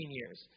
years